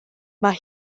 mae